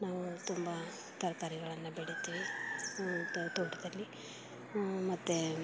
ನಾವು ತುಂಬ ತರಕಾರಿಗಳನ್ನ ಬೆಳಿತೀವಿ ತ ತೋಟದಲ್ಲಿ ಮತ್ತು